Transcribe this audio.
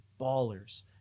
ballers